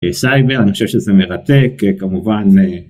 סייבר, אני חושב שזה מרתק כמובן